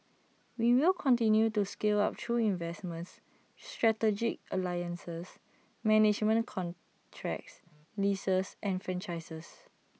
we will continue to scale up through investments strategic alliances management contracts leases and franchises